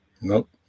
Nope